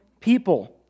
people